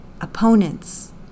Opponents